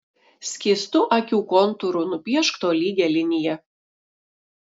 skystu akių kontūru nupiešk tolygią liniją